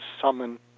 summon